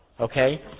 Okay